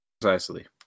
Precisely